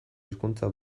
hizkuntza